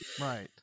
Right